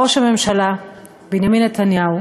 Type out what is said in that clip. ראש הממשלה בנימין נתניהו